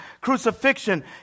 crucifixion